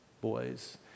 boys